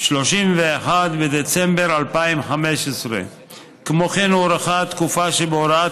31 בדצמבר 2015. כמו כן הוארכה התקופה שבהוראת